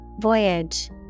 Voyage